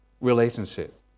relationship